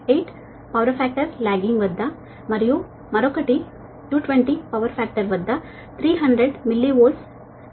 8 power factor lagging వద్ద మరియు మరొకటి 220 పవర్ ఫాక్టర్ వద్ద 300 MVA 220 KV గా ఉంది